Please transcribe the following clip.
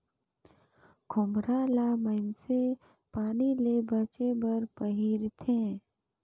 खोम्हरा ल मइनसे पानी ले बाचे बर पहिरथे